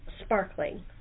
sparkling